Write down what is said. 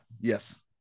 yes